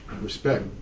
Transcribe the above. Respect